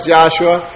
Joshua